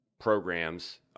programs